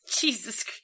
jesus